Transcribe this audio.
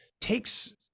takes